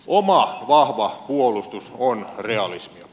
oma vahva puolustus on realismia